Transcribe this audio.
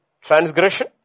transgression